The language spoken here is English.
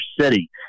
city